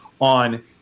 on